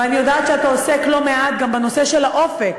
ואני יודעת שאתה עוסק לא מעט גם בנושא של האופק,